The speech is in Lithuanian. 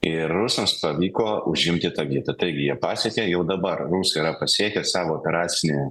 ir rusams pavyko užimti tą vietą taigi jie pasiekė jau dabar rusai yra pasiekę savo operacinę